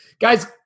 Guys